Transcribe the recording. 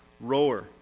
rower